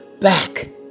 back